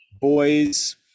boys